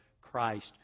Christ